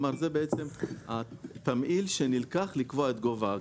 זה בעצם התמהיל שנלקח לקבוע את גובה האגרה.